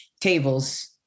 tables